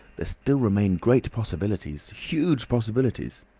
there still remain great possibilities, huge possibilities